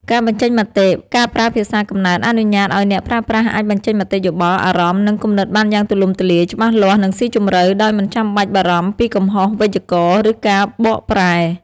ការបញ្ចេញមតិ ការប្រើភាសាកំណើតអនុញ្ញាតឲ្យអ្នកប្រើប្រាស់អាចបញ្ចេញមតិយោបល់ អារម្មណ៍ និងគំនិតបានយ៉ាងទូលំទូលាយ ច្បាស់លាស់ និងស៊ីជម្រៅ ដោយមិនចាំបាច់បារម្ភពីកំហុសវេយ្យាករណ៍ ឬការបកប្រែ។